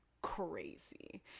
crazy